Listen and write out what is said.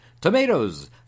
Tomatoes